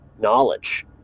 knowledge